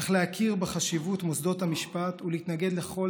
אך להכיר בחשיבות מוסדות המשפט ולהתנגד לכל